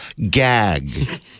Gag